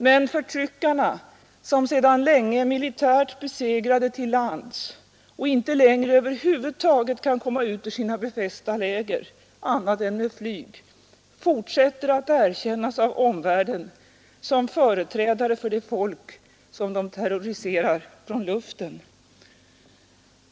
Men förtryckarna, som sedan länge är militärt besegrade till lands och inte längre över huvud taget kan komma ut ur sina befästa läger annat än med flyg, fortsätter att erkännas av omvärlden som företrädare för det folk som de terroriserar från luften.